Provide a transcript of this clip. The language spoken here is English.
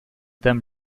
them